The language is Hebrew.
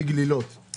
פי גלילות,